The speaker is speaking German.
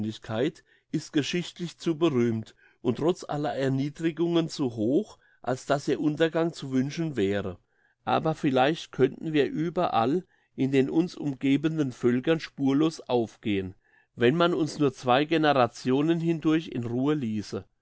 ist geschichtlich zu berühmt und trotz aller erniedrigungen zu hoch als dass ihr untergang zu wünschen wäre aber vielleicht könnten wir überall in den uns umgebenden völkern spurlos aufgehen wenn man uns nur zwei generationen hindurch in ruhe liesse